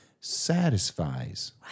satisfies